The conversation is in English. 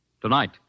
Tonight